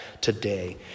today